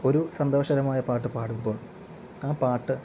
ഒരു സന്തോഷകരമായ പാട്ട് പാടുമ്പോൾ ആ പാട്ട്